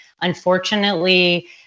unfortunately